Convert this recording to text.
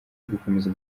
ugukomeza